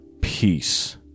Peace